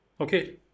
Okay